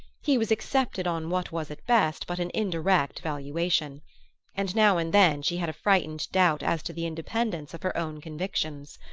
he was accepted on what was at best but an indirect valuation and now and then she had a frightened doubt as to the independence of her own convictions.